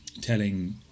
telling